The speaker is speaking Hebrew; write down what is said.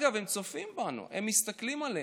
אגב, הם צופים בנו, הם מסתכלים עלינו,